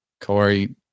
Corey